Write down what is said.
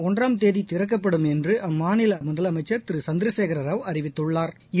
ஒன்றாம் தேதி திறக்கப்படும் என்று அம்மாநில முதலமைச்சன் திரு சந்திரசேகரராவ் அறிவித்துள்ளாா்